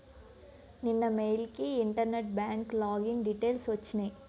నిన్న మెయిల్ కి internet bank login details వచ్చినియ్యి